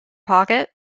pocket